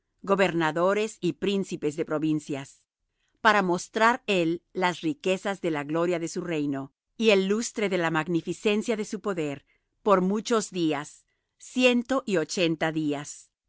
gobernadores y príncipes de provincias para mostrar él las riquezas de la gloria de su reino y el lustre de la magnificencia de su poder por muchos días ciento y ochenta días